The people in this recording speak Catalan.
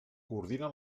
coordina